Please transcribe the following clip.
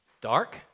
dark